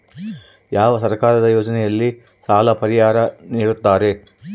ಯಾವ ಸರ್ಕಾರದ ಯೋಜನೆಯಲ್ಲಿ ಸಾಲ ಪರಿಹಾರ ನೇಡುತ್ತಾರೆ?